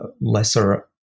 lesser